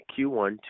Q1